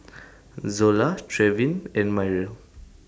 Zola Trevin and Myrl